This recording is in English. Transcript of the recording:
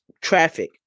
traffic